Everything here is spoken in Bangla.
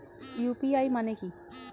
ইউ.পি.আই মানে কি?